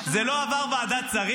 זה לא עבר ועדת שרים.